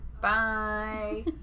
bye